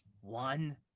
one